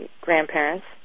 grandparents